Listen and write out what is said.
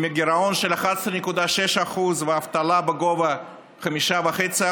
עם גירעון של 11.6% ואבטלה בגובה 5.5%,